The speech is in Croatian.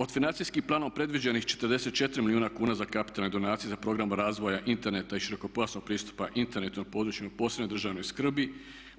Od financijskim planom predviđenim 44 milijuna kuna za kapitalne donacije za program razvoja interneta i širokopojasnog pristupa internetu na područjima posebne državne skrbi,